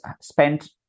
spent